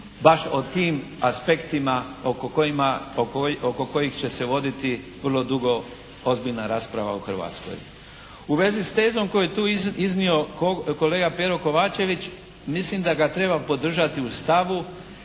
baš o tim aspektima oko kojima, oko kojih će se voditi vrlo dugo ozbiljna rasprava u Hrvatskoj. U vezi s tezom koju je tu iznio kolega Pero Kovačević mislim da ga treba podržati u stavu